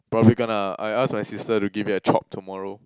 probably gonna I ask my sister to give it a chop tomorrow